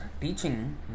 teaching